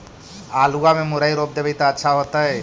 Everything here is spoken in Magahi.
आलुआ में मुरई रोप देबई त अच्छा होतई?